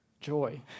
joy